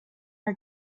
our